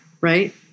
right